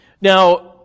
Now